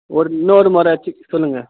ஒரு இன்னொரு மொறை செக் சொல்லுங்கள்